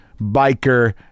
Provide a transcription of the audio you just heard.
biker